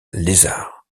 lézard